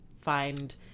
find